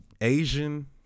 Asian